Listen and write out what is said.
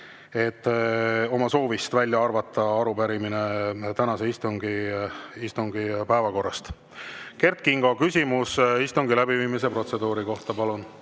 oma soovist välja arvata arupärimine tänase istungi päevakorrast. Kert Kingo, küsimus istungi läbiviimise protseduuri kohta, palun!